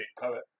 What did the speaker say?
poet